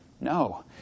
No